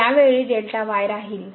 तर या वेळी राहील